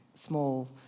small